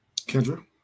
Kendra